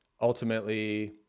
ultimately